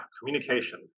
communication